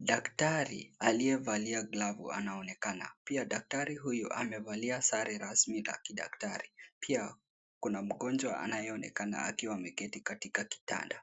Daktari aliyevalia glovu anaonekana, pia daktari huyo amevalia sare rasmi la kidaktari, pia kuna mgonjwa anayeonekana ameketi katika kitanda